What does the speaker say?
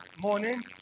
morning